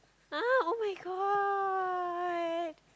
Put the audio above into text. !huh! [oh]-my-god